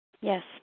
Yes